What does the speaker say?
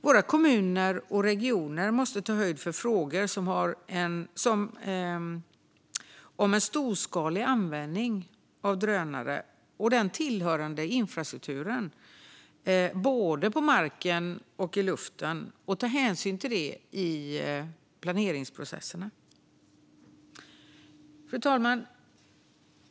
Våra kommuner och regioner måste ta höjd för frågor om en storskalig användning av drönare och tillhörande infrastruktur, både på marken och i luftrummet, och ta hänsyn till dem i sina planeringsprocesser. Fru talman!